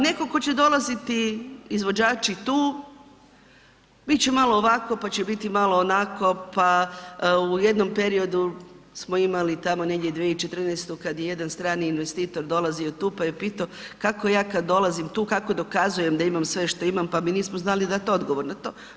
Netko tko će dolaziti, izvođači tu, bit će malo ovako pa će biti malo onako, pa u jednom periodu smo imali, tamo negdje 2014. kad je jedan strani investitor dolazio tu pa je pitao, kako ja kad dolazim tu kako dokazujem da imam sve što imam pa mi nismo znali dati odgovor na to.